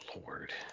lord